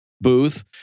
booth